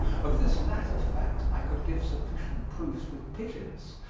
of this latter fact i could give sufficient proofs with pigeons,